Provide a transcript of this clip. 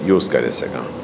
use करे सघां